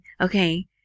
okay